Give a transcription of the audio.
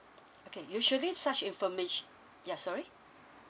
okay usually such information ya sorry